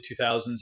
2000s